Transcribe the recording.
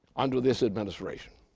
under this administration.